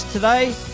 Today